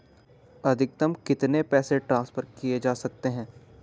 अधिकतम कितने पैसे ट्रांसफर किये जा सकते हैं?